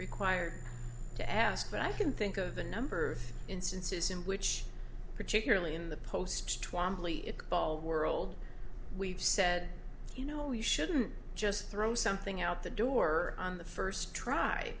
required to ask but i can think of a number of instances in which particularly in the post twamley it ball world we've said you know you shouldn't just throw something out the door on the first try